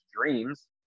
dreams